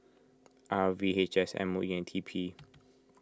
R V H S M O E and T P